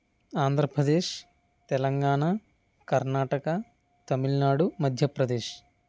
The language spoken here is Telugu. ఆంధ్రప్రదేశ్ తెలంగాణ కర్ణాటక తమిళనాడు మధ్యప్రదేశ్